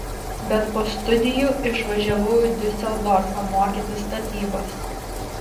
bet po studijų išvažiavau į diuseldorfą mokytis tapybos